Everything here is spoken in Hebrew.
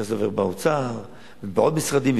איך זה עובר באוצר ובעוד משרדים.